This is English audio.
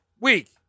Week